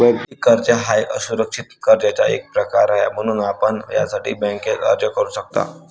वैयक्तिक कर्ज हा एक असुरक्षित कर्जाचा एक प्रकार आहे, म्हणून आपण यासाठी बँकेत अर्ज करू शकता